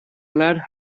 allowed